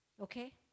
Okay